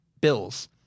Bills